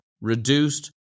Reduced